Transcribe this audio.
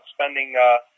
spending –